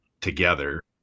together